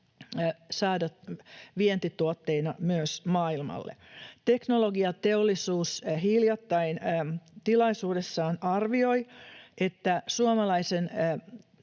saada vientituotteina myös maailmalle. Teknologiateollisuus hiljattain tilaisuudessaan arvioi, että suomalaisen